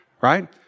right